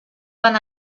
van